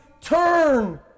turn